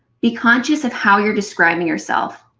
be conscious of how you're describing yourself.